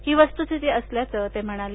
ही वस्तुस्थिती असल्याचं ते म्हणाले